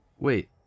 Wait